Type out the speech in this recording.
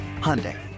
Hyundai